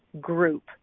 group